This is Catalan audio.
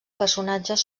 personatges